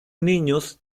niños